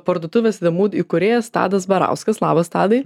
parduotuvės the mood įkūrėjas tadas barauskas labas tadai